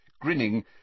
Grinning